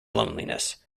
loneliness